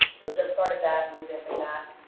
just started that and revamping that,